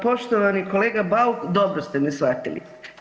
Poštovani kolega Bauk dobro ste me shvatili.